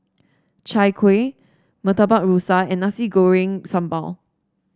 Chai Kueh Murtabak Rusa and Nasi Goreng Sambal